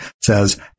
says